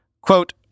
Quote